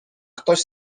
ktoś